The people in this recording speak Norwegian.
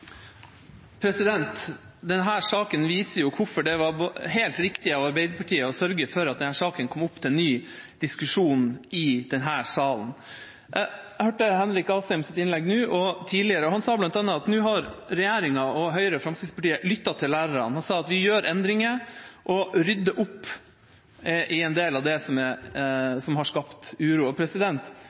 saken viser hvorfor det var helt riktig av Arbeiderpartiet å sørge for at denne saken kom opp til ny diskusjon i denne salen. Jeg hørte Henrik Asheims innlegg nå og tidligere, og han sa bl.a. at nå har regjeringa – Høyre og Fremskrittspartiet – lyttet til lærerne. Han sa at de gjør endringer og rydder opp i en del av det som har skapt uro. Det er en form for kreativ historieskrivning som